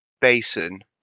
basin